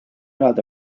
elada